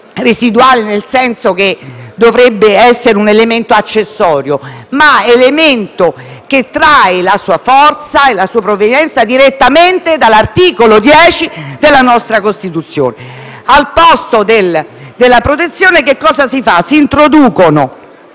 residuale, nel senso che dovrebbe essere elemento accessorio, ma è elemento che trae la sua forza e la sua provenienza direttamente dall'articolo 10 della nostra Costituzione. Al posto della protezione che cosa si fa? Si introducono